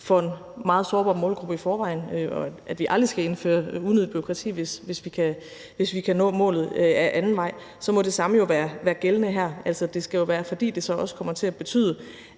forvejen meget sårbar målgruppe – og vi aldrig skal indføre unødigt bureaukrati, hvis vi kan nå målet ad anden vej – må det samme jo være gældende her. Det skal jo være, fordi det så også kommer til at betyde,